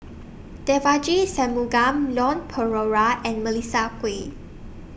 Devagi Sanmugam Leon Perera and Melissa Kwee